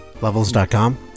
Levels.com